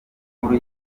nkuru